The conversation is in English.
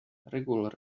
regular